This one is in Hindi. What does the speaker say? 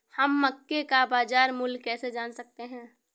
हम मक्के का बाजार मूल्य कैसे जान सकते हैं?